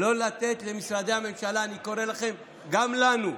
לא לתת למשרדי הממשלה, אני קורא לכם וגם לנו,